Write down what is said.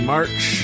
March